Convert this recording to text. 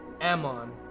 Ammon